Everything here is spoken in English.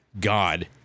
god